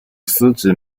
司职